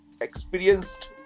experienced